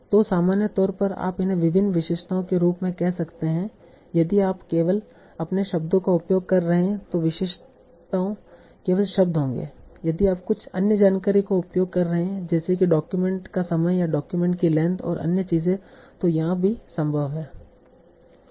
तो सामान्य तौर पर आप इन्हें विभिन्न विशेषताओं के रूप में कह सकते हैं यदि आप केवल अपने शब्दों का उपयोग कर रहे हैं तो विशेषताओं केवल शब्द होंगे यदि आप कुछ अन्य जानकारी का उपयोग कर रहे हैं जैसे कि डॉक्यूमेंट का समय या डॉक्यूमेंट की लेंथ और अन्य चीजें तो यहां भी संभव हैं